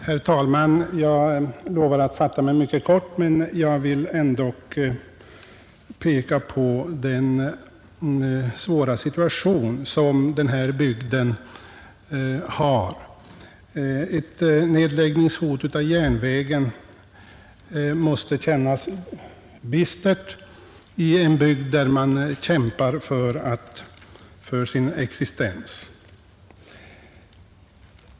Herr talman! Jag lovar att fatta mig mycket kort, men jag vill ändock peka på den svåra situation som Tornedalsbygden har. Ett hot om nedläggning av järnvägen måste kännas bistert i en bygd där man kämpar för sin existens.